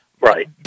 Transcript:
Right